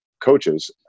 coaches